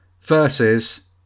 versus